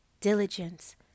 diligence